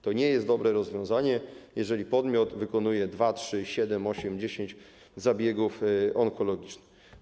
To nie jest dobre rozwiązanie, jeżeli podmiot wykonuje dwa, trzy, siedem, osiem, 10 zabiegów onkologicznych.